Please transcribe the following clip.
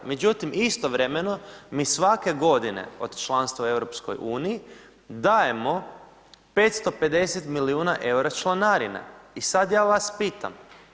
Međutim istovremeno mi svake godine od članstva u EU dajemo 550 milijuna EUR-a članarine i sad ja vas pitam.